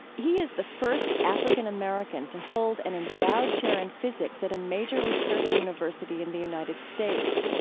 he is the first african american to hold an endowed chair in physics at a major research university in the united states,